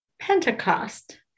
Pentecost